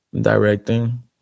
directing